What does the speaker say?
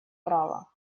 права